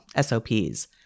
SOPs